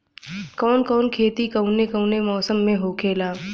कवन कवन खेती कउने कउने मौसम में होखेला?